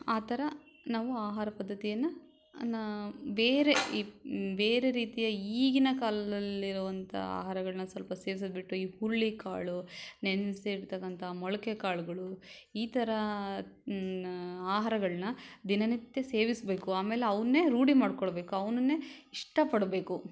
ಆ ಥರ ನಾವು ಆಹಾರ ಪದ್ದತಿಯನ್ನು ಬೇರೆ ಈ ಬೇರೆ ರೀತಿಯ ಈಗಿನ ಕಾಲದಲ್ಲಿರುವಂಥ ಆಹಾರಗಳನ್ನ ಸ್ವಲ್ಪ ಸೇವ್ಸೋದು ಬಿಟ್ಟು ಈ ಹುರುಳಿಕಾಳು ನೆನೆಸಿರ್ತಕ್ಕಂಥ ಮೊಳಕೆ ಕಾಳುಗಳು ಈ ಥರ ಆಹಾರಗಳನ್ನ ದಿನನಿತ್ಯ ಸೇವಿಸಬೇಕು ಆಮೇಲೆ ಅವನ್ನೇ ರೂಢಿ ಮಾಡಿಕೋಳ್ಬೇಕು ಅವನನ್ನೇ ಇಷ್ಟ ಪಡಬೇಕು